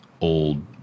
old